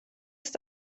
ist